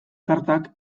kartak